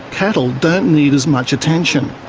cattle don't need as much attention.